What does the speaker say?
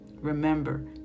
Remember